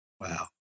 Wow